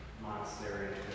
Monastery